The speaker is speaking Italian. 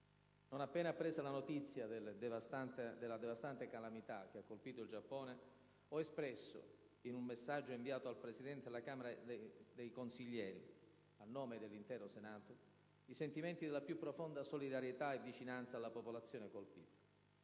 Non appena appresa la notizia della devastante calamità che ha colpito il Giappone, ho espresso in un messaggio inviato al Presidente della Camera dei consiglieri, a nome dell'intero Senato, i sentimenti della più profonda solidarietà e vicinanza alla popolazione colpita.